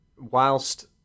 whilst